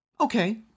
Okay